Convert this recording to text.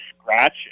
scratch